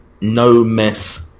no-mess